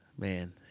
Man